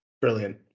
Brilliant